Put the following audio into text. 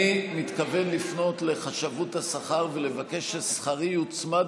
אני מתכוון לפנות לחשבות השכר ולבקש ששכרי יוצמד